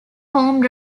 home